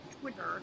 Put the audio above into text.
Twitter